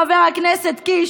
חבר הכנסת קיש,